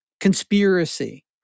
conspiracy